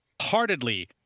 heartedly